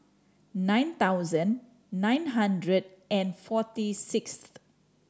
nine thousand nine hundred and forty six